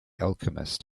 alchemist